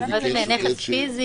לגבי האופן שבו אתה רושם את הפרטים.